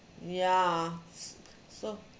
ya s~ so